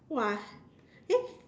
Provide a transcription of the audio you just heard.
!wah! then